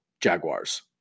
Jaguars